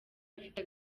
ifite